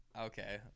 Okay